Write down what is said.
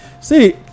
See